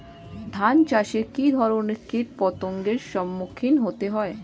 ধান চাষে কী ধরনের কীট পতঙ্গের সম্মুখীন হতে হয়?